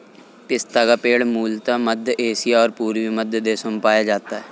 पिस्ता का पेड़ मूलतः मध्य एशिया और पूर्वी मध्य देशों में पाया जाता है